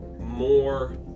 more